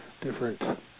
different